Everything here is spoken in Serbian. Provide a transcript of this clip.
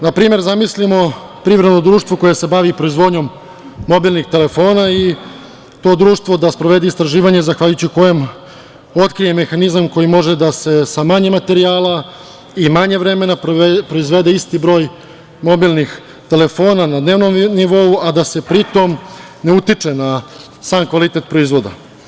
Na primer, zamislimo privredno društvo koje se bavi proizvodnjom mobilnih telefona i to društvo da sprovode istraživanja zahvaljujući kojem otkrije mehanizam kojim može da se sa manje materijala i manje vremena proizvede isti broj mobilnih telefona na dnevnom nivou, a da se pri tome ne utiče na sam kvalitet proizvoda.